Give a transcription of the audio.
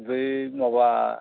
बै माबा